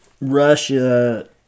russia